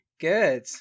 good